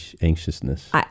anxiousness